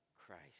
Christ